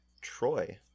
Troy